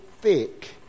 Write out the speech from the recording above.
thick